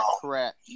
correct